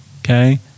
okay